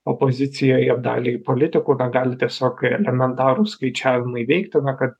opozicijoje daliai politikų na gali tiesiog elementarūs skaičiavimai veikti na kad